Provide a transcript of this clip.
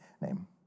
name